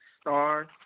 star